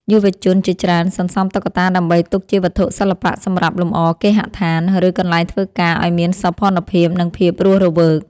យុវជនជាច្រើនសន្សំតុក្កតាដើម្បីទុកជាវត្ថុសិល្បៈសម្រាប់លម្អគេហដ្ឋាន ឬកន្លែងធ្វើការឱ្យមានសោភ័ណភាព និងភាពរស់រវើក។